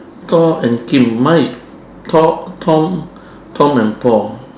paul and kim mine is tom tom tom and paul